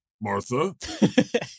Martha